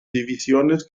divisiones